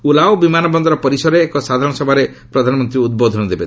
ଉଲାଓ ବିମାନବନ୍ଦର ପରିସରରେ ଏକ ସାଧାରଣ ସଭାରେ ପ୍ରଧାନମନ୍ତ୍ରୀ ଉଦ୍ବୋଧନ ଦେବେ